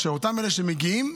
שאותם אלה שמגיעים,